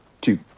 two